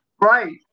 Right